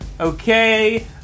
Okay